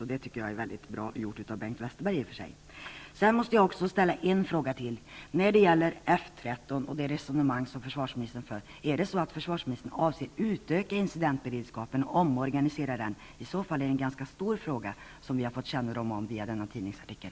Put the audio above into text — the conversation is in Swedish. Det tycker jag är bra gjort av Bengt Westerberg. Jag måste ställa en fråga till när det gäller F 13 och det resonemang försvarministern för. Avser försvarsministern att utöka eller omorganisera incidentberedskapen? I så fall är det en stor fråga vi har fått kännedom om via denna tidningsartikel.